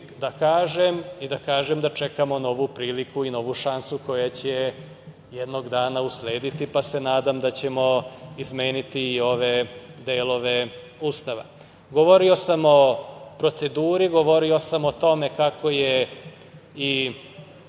da kažem i da kažem da čekamo novu priliku i novu šansu koja će jednog dana uslediti, pa se nadam da ćemo izmeniti i ove delove Ustava. Govorio sam o proceduri, govorio sam o tome kako je i